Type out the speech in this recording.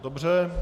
Dobře.